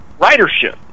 ridership